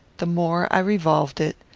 the more i revolved it,